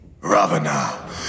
Ravana